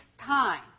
time